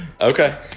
Okay